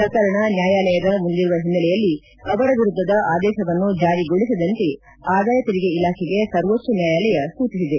ಪ್ರಕರಣ ನ್ವಾಯಾಲಯದ ಮುಂದಿರುವ ಹಿನ್ನೆಲೆಯಲ್ಲಿ ಅವರ ವಿರುದ್ದದ ಆದೇಶವನ್ನು ಜಾರಿಗೊಳಿಸದಂತೆ ಆದಾಯ ತೆರಿಗೆ ಇಲಾಖೆಗೆ ಸರ್ವೋಚ್ಲ ನ್ಲಾಯಾಲಯ ಸೂಚಿಸಿದೆ